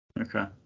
Okay